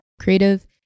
creative